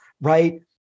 right